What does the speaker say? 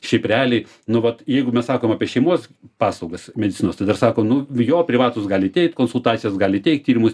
šiaip realiai nu vat jeigu mes sakom apie šeimos paslaugas medicinos tai dar sako nu jo privatūs gali teikt konsultacijas gali teikt tyrimus